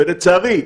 ולצערי,